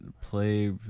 play